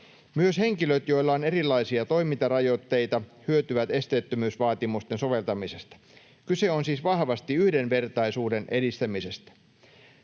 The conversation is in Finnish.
Myös henkilöt, joilla on erilaisia toimintarajoitteita, hyötyvät esteettömyysvaatimusten soveltamisesta. Kyse on siis vahvasti yhdenvertaisuuden edistämisestä.